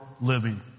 living